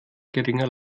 geringer